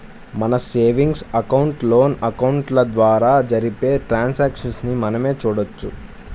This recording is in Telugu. మన సేవింగ్స్ అకౌంట్, లోన్ అకౌంట్ల ద్వారా జరిపే ట్రాన్సాక్షన్స్ ని మనమే చూడొచ్చు